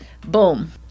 Boom